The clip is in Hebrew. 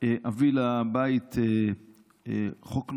אביא בקרוב מאוד לבית חוק נוסף,